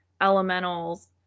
elementals